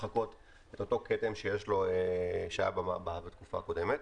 לחכות את אותו כתם שהיה לו בתקופה הקודמת.